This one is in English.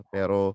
Pero